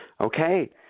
Okay